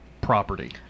property